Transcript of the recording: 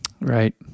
Right